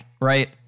right